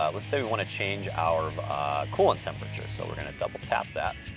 ah let's say we wanna change our coolant temperature, so we're gonna double tap that.